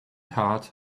heart